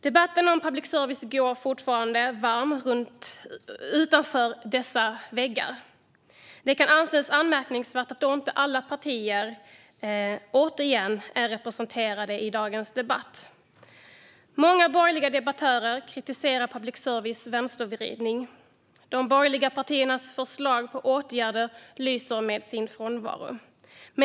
Debatten om public service går fortfarande varm utanför dessa väggar. Det kan anses anmärkningsvärt att då inte alla partier, återigen, är representerade i dagens debatt. Många borgliga debattörer kritiserar public services vänstervridning. De borgliga partiernas förslag på åtgärder lyser med sin frånvaro.